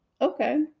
okay